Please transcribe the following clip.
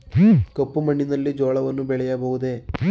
ಕಪ್ಪು ಮಣ್ಣಿನಲ್ಲಿ ಜೋಳವನ್ನು ಬೆಳೆಯಬಹುದೇ?